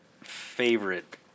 favorite